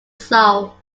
soul